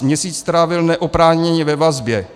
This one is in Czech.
Měsíc strávil neoprávněně ve vazbě.